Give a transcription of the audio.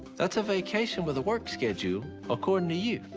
that's a vacation with a work schedule according to you.